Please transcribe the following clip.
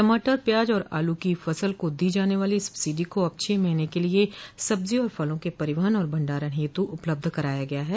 टमाटर प्याज और आलू की फसल को दी जाने वाली सब्सिडी को अब छह महीने के लिये सब्जी और फलों के परिवहन और भंडारण हेतु उपलब्ध कराया गया है